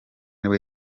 nibwo